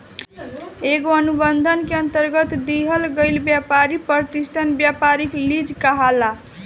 एगो अनुबंध के अंतरगत दिहल गईल ब्यपारी प्रतिष्ठान ब्यपारिक लीज कहलाला